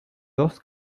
dos